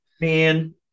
Man